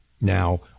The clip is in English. Now